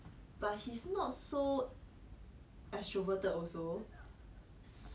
ya I remember I told you I very confused like 我想看他几时会发脾气